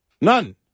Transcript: None